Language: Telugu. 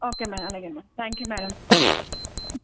ఓకే మ్యాడం అలాగే మ్యాడం త్యాంక్ యూ మ్యాడం